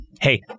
hey